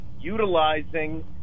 utilizing